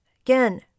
Again